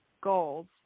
goals